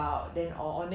mm